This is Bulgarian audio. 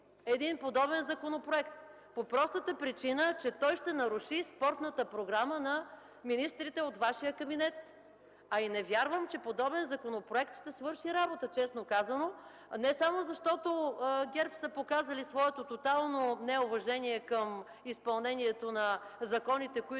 приели подобен законопроект по простата причина, че той ще наруши спортната програма на министрите от Вашия кабинет. А и не вярвам, че подобен законопроект ще свърши работа – не само защото ГЕРБ са показали своето тотално неуважение към изпълнението на законите,